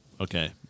okay